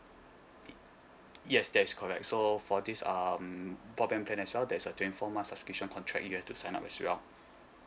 yes that's correct so for this um broadband plan as well there's a twenty four month subscription contract you have to sign up as well